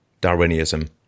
Darwinism